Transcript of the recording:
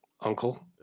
uncle